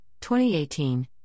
2018